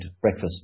breakfast